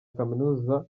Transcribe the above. kaminuza